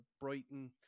Brighton